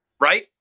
Right